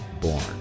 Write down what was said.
born